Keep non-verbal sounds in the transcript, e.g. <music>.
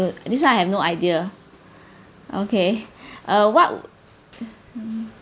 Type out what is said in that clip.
know this [one] I have no idea <breath> okay <breath> uh what would